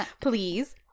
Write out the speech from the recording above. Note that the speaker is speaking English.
please